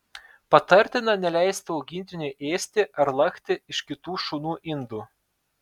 patartina neleisti augintiniui ėsti ar lakti iš kitų šunų indų